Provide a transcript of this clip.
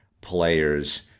players